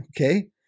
Okay